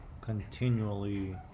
continually